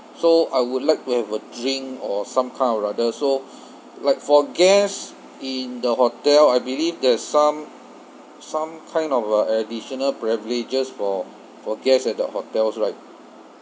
so I would like to have a drink or some kind or rather so like for guests in the hotel I believe there's some some kind of a additional privileges for for guests at the hotels right